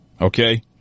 Okay